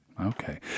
okay